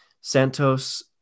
Santos